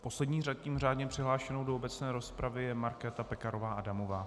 Poslední zatím řádně přihlášenou do obecné rozpravy je Markéta Pekarová Adamová.